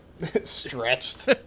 stretched